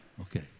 Okay